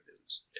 business